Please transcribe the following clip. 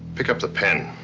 pick up the pen.